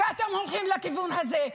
חבל שאתם הולכים לכיוון הזה,